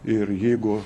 ir jeigu